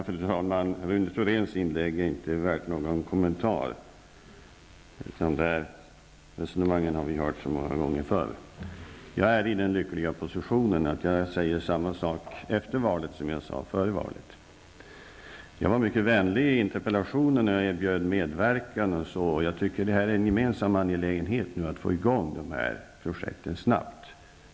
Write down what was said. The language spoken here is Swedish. Fru talman! Rune Thoréns inlägg är inte värt någon kommentar. De där resonemangen har vi hört så många gånger förr. Jag är i den lyckliga positionen att jag kan säga samma sak efter valet som jag sade före valet. Jag var mycket vänlig i interpellationen och erbjöd min medverkan. Jag tycker att det är en gemensam angelägenhet att nu få i gång de här projekten snabbt.